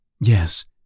Yes